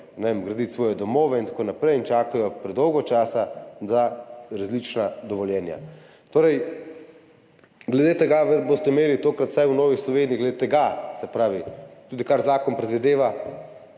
graditi svoje domove in tako naprej in čakajo predolgo časa na različna dovoljenja. Glede tega imate tokrat vsaj v Novi Sloveniji, glede tega, se pravi, tudi kar zakon predvideva,